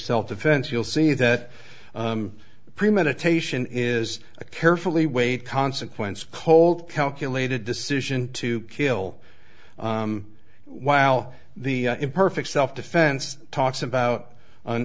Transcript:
self defense you'll see that premeditation is a carefully weighed consequence cold calculated decision to kill wow the imperfect self defense talks about an